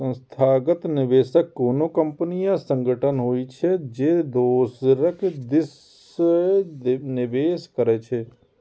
संस्थागत निवेशक कोनो कंपनी या संगठन होइ छै, जे दोसरक दिस सं निवेश करै छै